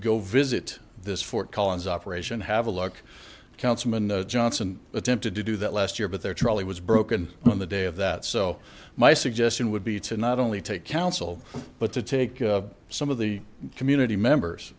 go visit this fort collins operation have a look councilman johnson attempted to do that last year but there charley was broken on the day of that so my suggestion would be to not only take counsel but to take some of the community members